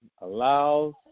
allows